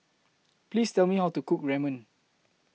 Please Tell Me How to Cook Ramen